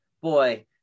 boy